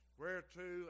whereto